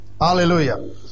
Hallelujah